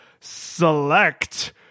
select